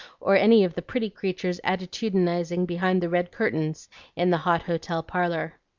or any of the pretty creatures attitudinizing behind the red curtains in the hot hotel parlor.